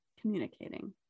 communicating